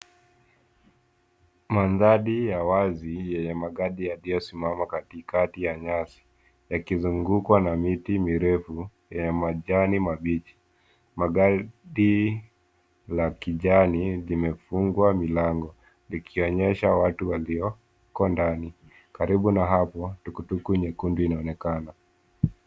Mandhari ya wazi yenye magari yaliyosimama katikati ya nyasi, yakizungukwa na miti mirefu ya majani mabichi. Magari la kijani limefunguliwa milango, likionyesha watu walioko ndani. Karibu na hapo, tuktuk nyekundu inaonekana.